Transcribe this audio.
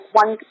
one